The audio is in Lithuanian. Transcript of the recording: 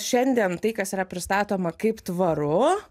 šiandien tai kas yra pristatoma kaip tvaru